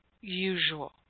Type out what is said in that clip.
usual